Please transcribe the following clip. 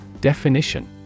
Definition